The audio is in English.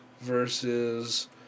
versus